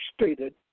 stated